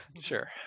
Sure